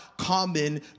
common